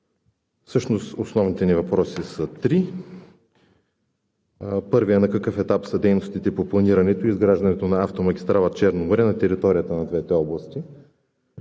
Всъщност основните ни въпроси са три. Първият – на какъв етап са дейностите по планирането и изграждането на автомагистрала „Черно море“ на територията на двете области?